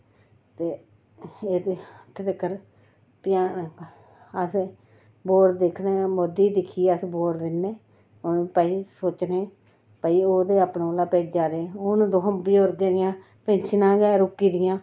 ते इत्थै तगर पजाना अस वोट दिन्ने मोदी गी दिक्खियै वोट दिन्ने होर भई सोचने भई ओह् ते अपने कोला भेजा दे ओह् ते बजुर्गें दियां पेंशनां गै रुकी दियां